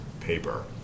paper